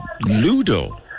Ludo